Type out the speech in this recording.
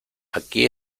aquí